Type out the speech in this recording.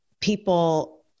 people